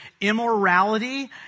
Immorality